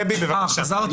דבי, בבקשה.